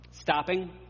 Stopping